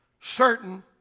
certain